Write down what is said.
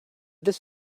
this